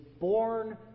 born